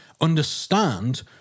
understand